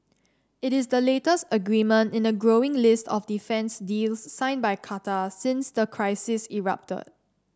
it is the latest agreement in a growing list of defence deals signed by Qatar since the crisis erupted